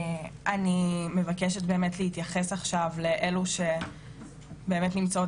אני מבקשת באמת להתייחס עכשיו לאלו שבאמת נמצאות